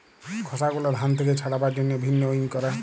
খসা গুলা ধান থেক্যে ছাড়াবার জন্হে ভিন্নউইং ক্যরে